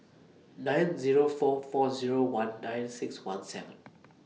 nine Zero four four Zero one nine six one seven